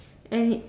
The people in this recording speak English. and it